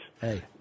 Hey